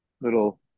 little